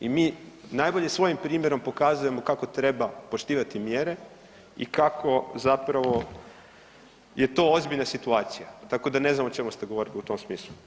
I mi najbolje svojim primjerom pokazujemo kako treba poštivati mjere i kako zapravo je to ozbiljna situacija, tako da ne znam o čemu ste govorili u tom smislu.